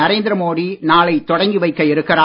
நரேந்திர மோடி நாளை தொடங்கி வைக்க இருக்கிறார்